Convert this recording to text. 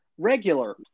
Regular